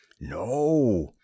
No